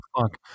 fuck